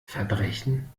verbrechen